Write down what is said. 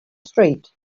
street